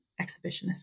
exhibitionist